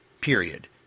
period